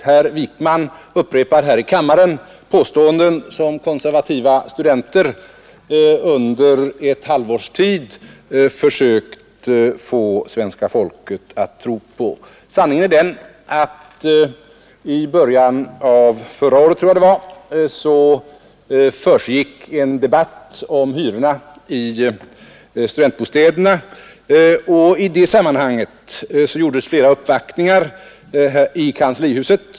Herr Wijkman upprepar här i kammaren påståenden som konservativa studenter under ett halvårs tid försökt få svenska folket att tro på. Sanningen är den att det i början av förra året försiggick en debatt om hyrorna i studentbostäderna och att det i det sammanhanget gjordes flera uppvaktningar i kanslihuset.